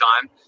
time